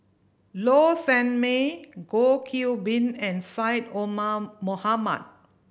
Low Sanmay Goh Qiu Bin and Syed Omar Mohamed